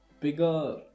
bigger